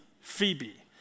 Phoebe